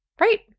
Right